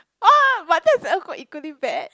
oh but that's a equally bad